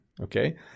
Okay